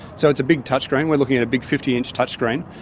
so it's a big touchscreen, we are looking at a big fifty inch touchscreen,